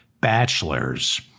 bachelors